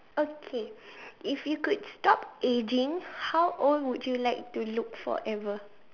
okay if you could stop aging how old would you like to look forever